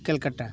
Calcutta